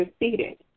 receded